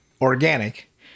organic